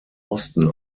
osten